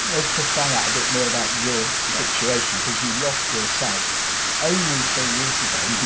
let's just find out a bit more about your situation because you lost your sight only three years ago,